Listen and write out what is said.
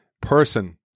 person